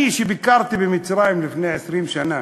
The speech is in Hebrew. אני ביקרתי במצרים לפני 20 שנה,